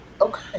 Okay